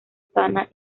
sana